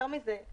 יותר מזה.